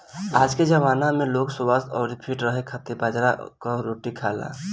आजके जमाना में लोग स्वस्थ्य अउरी फिट रहे खातिर बाजरा कअ रोटी खाएला